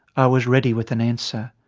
i was ready with an answer.